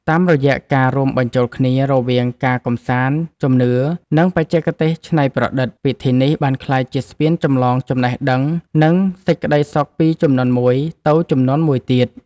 តាមរយៈការរួមបញ្ចូលគ្នារវាងការកម្សាន្ត ជំនឿ និងបច្ចេកទេសច្នៃប្រឌិត ពិធីនេះបានក្លាយជាស្ពានចម្លងចំណេះដឹង និងសេចក្ដីសុខពីជំនាន់មួយទៅជំនាន់មួយទៀត។